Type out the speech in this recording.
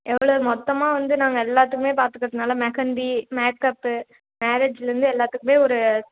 எவ்வளோ மொத்தமாக வந்து நாங்கள் எல்லாத்துக்குமே பார்த்துக்கறதுனால மெகந்தி மேக்கப்பு மேரேஜ்லேருந்து எல்லாத்துக்குமே ஒரு